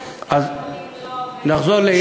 אז נחזור לענייננו.